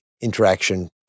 interaction